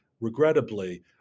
regrettably